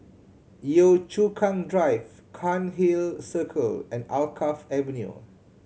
Yio Chu Kang Drive Cairnhill Circle and Alkaff Avenue